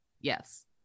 Yes